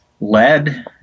lead